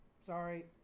Sorry